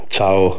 Ciao